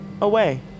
Away